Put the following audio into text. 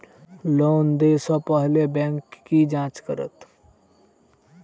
Loan देय सा पहिने बैंक की जाँच करत?